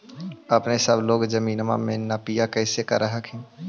अपने सब लोग जमीनमा के नपीया कैसे करब हखिन?